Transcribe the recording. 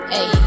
Hey